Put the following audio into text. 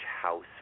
house